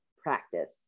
practice